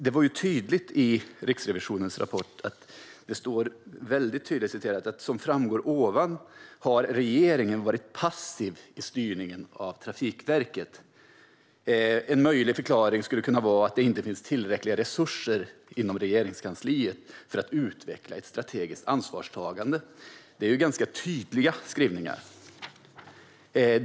Det står tydligt i Riksrevisionens rapport: "Som framgår ovan har regeringen varit passiv i styrningen av Trafikverket. En möjlig förklaring skulle kunna vara att det inte finns tillräckliga resurser inom Regeringskansliet för att utveckla ett strategiskt ansvarstagande." Det är en tydlig skrivning.